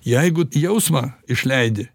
jeigu jausmą išleidi